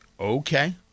Okay